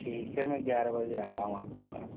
ठीक है मैं ग्यारह बजे आ रहा हूँ आपके पास